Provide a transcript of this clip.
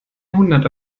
jahrhundert